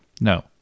No